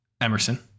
Emerson